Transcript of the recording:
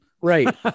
Right